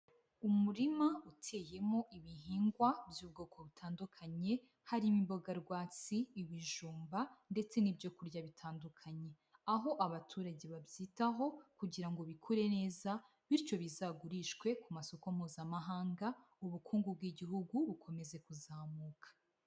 Umurima uteyemo ibihingwa by'ubwoko butandukanye, harimo imboga rwatsi, ibijumba ndetse n'ibyo kurya bitandukanye, aho abaturage babyitaho kugira ngo bikure neza, bityo bizagurishwe ku masoko mpuzamahanga, ubukungu bw'igihugu bukomeze kuzamuka.